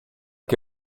che